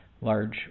large